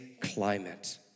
climate